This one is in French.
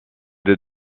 deux